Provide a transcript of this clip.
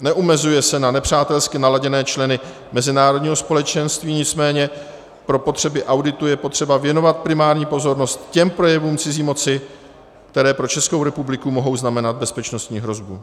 Neomezuje se na nepřátelsky naladěné členy mezinárodního společenství, nicméně pro potřeby auditu je potřeba věnovat primární pozornost těm projevům cizí moci, které pro Českou republiku mohou znamenat bezpečnostní hrozbu.